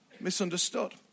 misunderstood